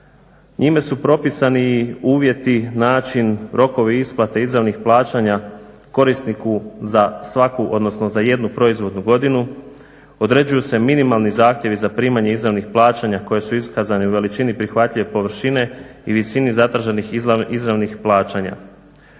Njime su propisani uvjeti, način, rokovi isplate izravnih plaćanja korisniku za svaku odnosno za jednu proizvodnu godinu, određuju se minimalni zahtjevi za primanje izravnih plaćanja koje su iskazane u veličini prihvatljive površine i visini zatraženih izravnih plaćanja.